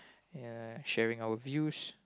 and sharing our views